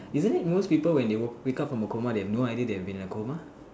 isn't it most people when they woke wake up from a coma they have no idea they have been in a coma